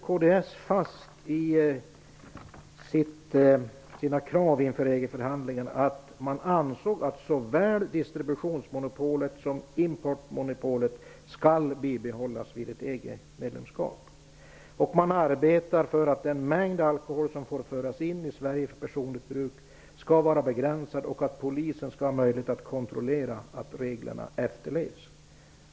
Kds slog i sina krav inför EG-förhandlingarna fast att man ansåg att såväl distributionsmonopolet som importmonopolet skall bibehållas vid ett EG medlemskap. Man arbetar för att den mängd alkohol som får föras in i Sverige för personligt bruk skall vara begränsad och att polisen skall ha möjlighet att kontrollera att reglerna efterlevs.